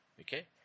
Okay